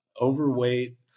overweight